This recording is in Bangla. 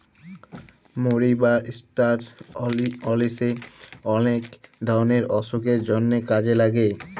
মরি বা ষ্টার অলিশে অলেক ধরলের অসুখের জন্হে কাজে লাগে